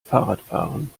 fahrradfahren